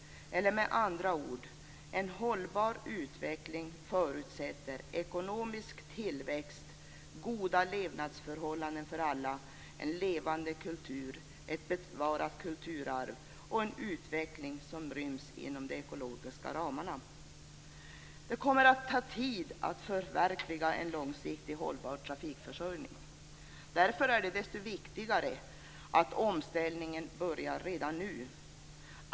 Eller med andra ord: En hållbar utveckling förutsätter ekonomisk tillväxt, goda levnadsförhållanden för alla, en levande kultur, ett bevarat kulturarv och en utveckling som ryms inom de ekologiska ramarna. Det kommer att ta tid att förverkliga en långsiktigt hållbar trafikförsörjning. Därför är det desto viktigare att omställningen börjar redan nu.